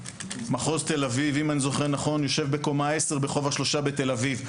מחוז ת"א אם אני זוכר נכון יושב בקומה 10 ברחוב השלושה בתל אביב.